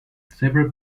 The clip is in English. several